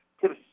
Tips